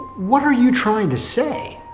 what are you trying to say?